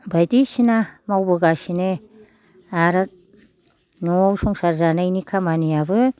बाइदिसिना मावबोगासिनो आर न'आव संसार जानायनि खामानियाबो